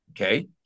Okay